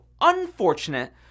unfortunate